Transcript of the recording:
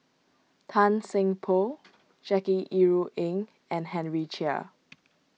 Tan Seng Poh Jackie Yi Ru Ying and Henry Chia